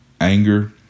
anger